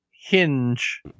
hinge